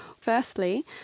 Firstly